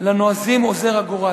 לנועזים עוזר הגורל.